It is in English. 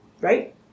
right